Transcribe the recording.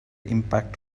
impact